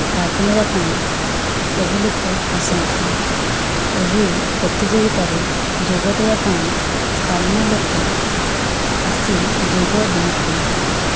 ଭାଗ ନବାପାଇଁ ସବୁ ଲୋକ ଆସନ୍ତି ଏହି ପ୍ରତିଯୋଗିତାରେ ଯୋଗ ଦେବାପାଇଁ ସ୍ଥାନୀୟ ଲୋକ ଆସି ଯୋଗ ଦେଇଥାନ୍ତି